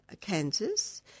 Kansas